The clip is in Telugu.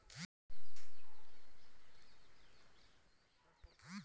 నెట్ బ్యేంకింగ్ ద్వారా కూడా మన సొంత కాతాలకి మనమే సొయంగా దుడ్డు పంపుకోవచ్చు